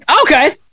Okay